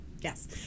Yes